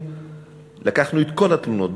לקחנו את כל התלונות,